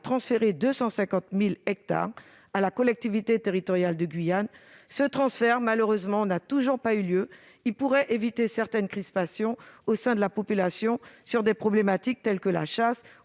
transférer 250 000 hectares à la collectivité territoriale de Guyane. Malheureusement, ce transfert n'a toujours pas eu lieu, alors qu'il pourrait éviter certaines crispations au sein de la population sur des problématiques telles que la chasse